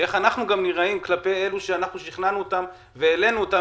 איך אנחנו נראים כלפי אלו שאנחנו שכנענו אותם והעלינו אותם,